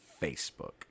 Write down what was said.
Facebook